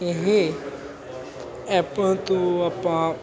ਇਹ ਐਪਾਂ ਤੋਂ ਆਪਾਂ